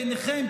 בעיניכם,